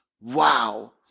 Wow